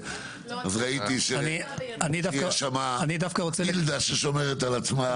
ראיתי שזו גילדה ששומרת על עצמה.